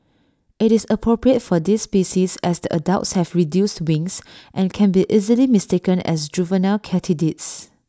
IT is appropriate for this species as the adults have reduced wings and can be easily mistaken as juvenile katydids